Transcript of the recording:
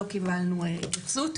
לא קיבלנו התייחסות.